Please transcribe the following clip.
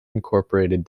incorporated